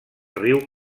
riu